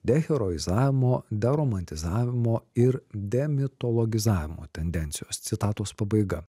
deheroizavimo deromantizavimo ir demitologizavimo tendencijos citatos pabaiga